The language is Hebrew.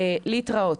להתראות.